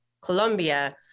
Colombia